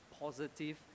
positive